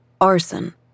Arson